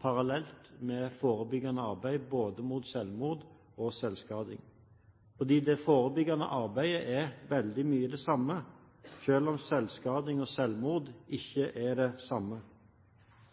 parallelt med forebyggende arbeid mot både selvmord og selvskading, for det forebyggende arbeidet er veldig mye det samme, selv om selvskading og selvmord ikke er det samme.